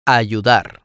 ayudar